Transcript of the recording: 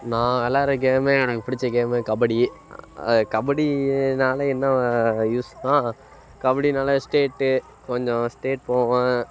நான் வெளாடுற கேமு எனக்கு பிடித்த கேமு கபடி கபடியினால என்ன யூஸ்ஸுனா கபடியினால ஸ்டேட்டு கொஞ்சம் ஸ்டேட் போவேன்